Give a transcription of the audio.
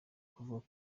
kuvuga